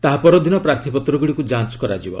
ତା' ପରଦିନ ପ୍ରାର୍ଥୀପତ୍ରଗୁଡ଼ିକୁ ଯାଞ୍ଚ କରାଯିବ